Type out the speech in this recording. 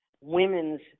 women's